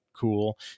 cool